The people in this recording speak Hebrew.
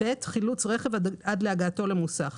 חילוץ רכב עד להגעתו למוסך.